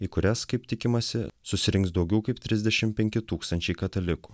į kurias kaip tikimasi susirinks daugiau kaip trisdešim penki tūkstančiai katalikų